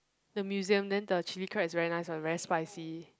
the museum then the chili crab is very nice one very spicy